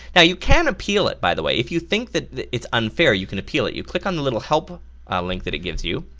yeah you can appeal it by the way, if you think that it's unfair you can appeal, you click on the little help link that it gives you.